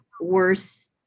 worse